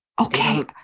Okay